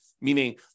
meaning